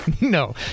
No